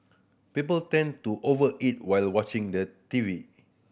people tend to over eat while watching the T V